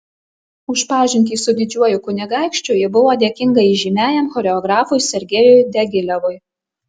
už pažintį su didžiuoju kunigaikščiu ji buvo dėkinga įžymiajam choreografui sergejui diagilevui